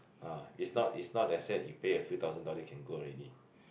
ah it's not it's not let say you pay a few thousand dollar you can go already